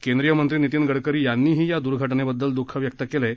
केंद्रीय मंत्री नितीन गडकरी यांनीही या घटनेबददल द्रःख व्यक्त केलंय